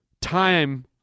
time